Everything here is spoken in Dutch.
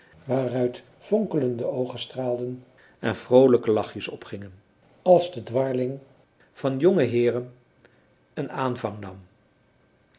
waaruit vonkelende oogen straalden en vroolijke lachjes opgingen als de dwarling van jonge heeren een aanvang nam